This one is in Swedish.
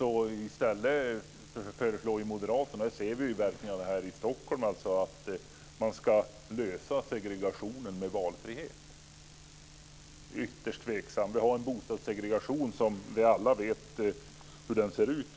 Moderaterna föreslår i stället att man ska lösa problemet med segregationen genom valfrihet. Det ser vi verkningarna av här i Stockholm. Det är ytterst tveksamt. Vi vet alla hur bostadssegregationen ser ut.